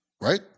Right